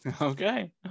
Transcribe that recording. Okay